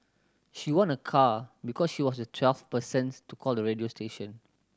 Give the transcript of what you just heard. she won a car because she was the twelfth persons to call the radio station